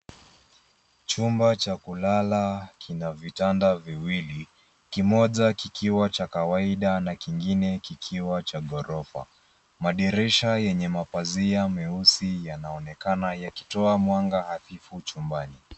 Chumba cha kulala kina vitanda viwili. Kimoja kikiwa cha kawaida na kingine kikiwa cha ghorofa. Madirisha yenye mapazia meusi nadhifu yanaonekana yakitoa anga nadhufu chumbani.